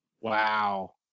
Wow